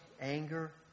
anger